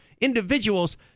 individuals